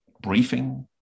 briefing